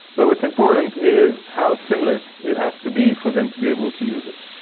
but what's important is how seamless it has to be for them to be able to use it.